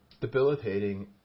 debilitating